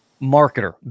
marketer